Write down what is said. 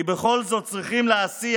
כי בכל זאת, צריכים להסיע